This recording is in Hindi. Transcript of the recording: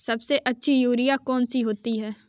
सबसे अच्छी यूरिया कौन सी होती है?